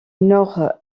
nord